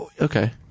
Okay